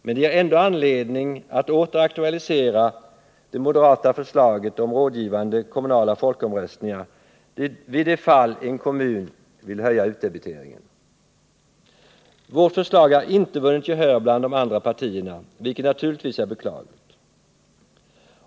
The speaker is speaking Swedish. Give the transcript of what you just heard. Men det ger ändå anledning att åter aktualisera det moderata förslaget om rådgivande kommunala folkomröstningar i det fall en kommun vill höja utdebiteringen. Vårt förslag har inte vunnit gehör bland de andra partierna, vilket naturligtvis är beklagligt.